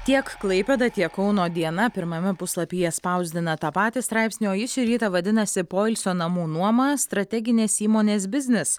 tiek klaipėda tiek kauno diena pirmame puslapyje spausdina tą patį straipsnį o jis šį rytą vadinasi poilsio namų nuoma strateginės įmonės biznis